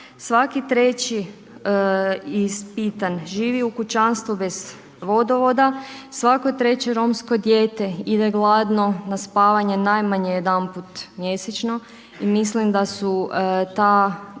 Svaki treći ispitan živi u kućanstvu bez vodovoda, svako treće romsko dijete ide gladno na spavanje najmanje jedanput mjesečno i mislim da su to